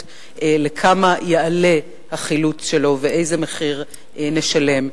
כמה יעלה החילוץ שלו ואיזה מחיר נשלם,